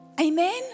Amen